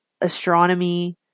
astronomy